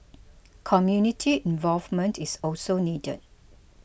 community involvement is also needed